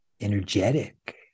energetic